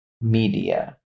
media